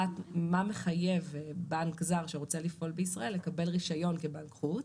למה מחייב בנק זר שרוצה לפעול בישראל לקבל רישיון כבנק חוץ